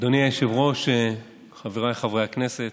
אדוני היושב-ראש, חבריי חברי הכנסת,